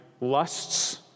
lusts